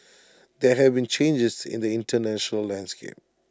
there have been changes in the International landscape